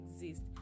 exist